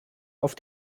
auf